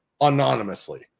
anonymously